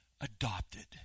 adopted